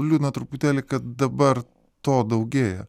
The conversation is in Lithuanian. liūdna truputėlį kad dabar to daugėja